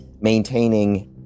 maintaining